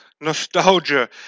nostalgia